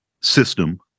system